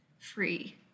free